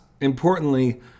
importantly